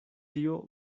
tio